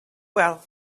well